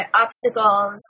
obstacles